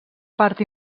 part